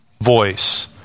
voice